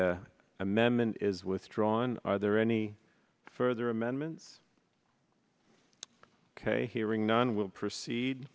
amendment is withdrawn are there any further amendments ok hearing none we'll proceed